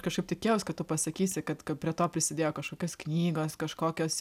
kažkaip tikėjaus kad tu pasakysi kad prie to prisidėjo kažkokios knygos kažkokios